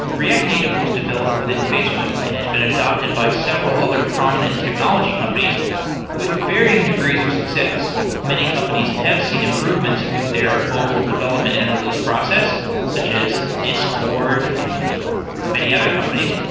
react native was developed within facebook and has been adapted by several other prominent technology companies with varying degrees of success. many companies have seen improvements with their mobile development and release process such as discord and many other companies.